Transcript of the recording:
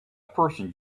person